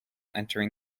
entering